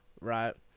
right